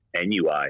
NUI